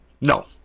no